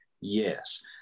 yes